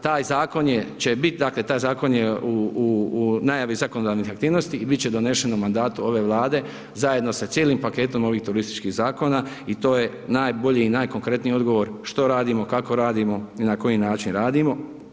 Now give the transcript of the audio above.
Taj zakon je, će biti, dakle taj zakon je u najavi zakonodavnih aktivnosti i biti će donesen u mandatu ove Vlade zajedno sa cijelim paketom ovih turističkih zakona i to je najbolji i najkonkretniji odgovor što radimo, kako radimo i na koji način radimo.